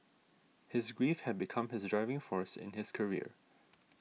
his grief had become his driving force in his career